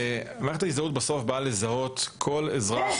מערכת ההזדהות בסוף באה לזהות כל אזרח,